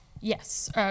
yes